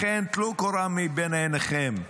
לכן, טלו קורה מבין עיניכם.